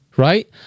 Right